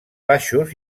baixos